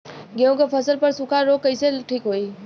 गेहूँक फसल क सूखा ऱोग कईसे ठीक होई?